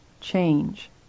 change